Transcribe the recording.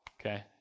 okay